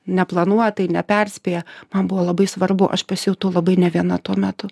neplanuotai neperspėję man buvo labai svarbu aš pasijutau labai ne viena tuo metu